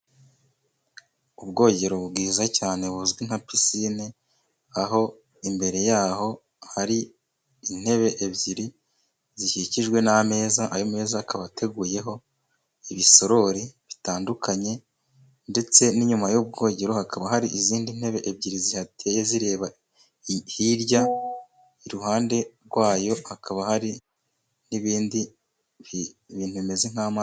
Ubwogero bwiza cyane buzwi nka pisine ,aho imbere yaho hari intebe ebyiri zikikijwe n'ameza, ayo meza akaba ateguyeho ibisorori bitandukanye ,ndetse n'inyuma y'ubwogero hakaba hari izindi ntebe ebyiri zihateye zireba hirya, iruhande rwayo hakaba hari n'ibindi bimeze nk'amazi.